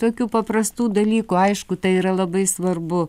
tokių paprastų dalykų aišku tai yra labai svarbu